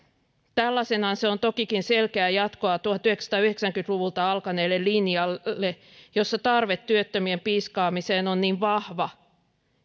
tällaisenaan se on tokikin selkeää jatkoa tuhatyhdeksänsataayhdeksänkymmentä luvulta alkaneelle linjalle jossa tarve työttömien piiskaamiseen on niin vahva